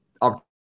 opportunities